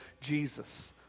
Jesus